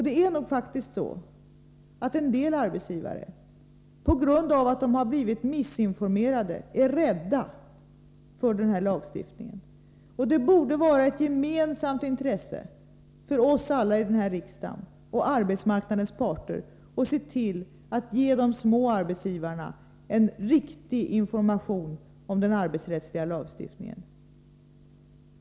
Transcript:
Det är nog faktiskt så att en del arbetsgivare på grund av att de blivit missinformerade är rädda för den här lagstiftningen, och det borde vara ett gemensamt intresse för oss alla i riksdagen och för arbetsmarknadens parter att se till att de små arbetsgivarna får en riktig information om den arbetsrättsliga lagstiftningen.